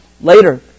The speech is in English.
Later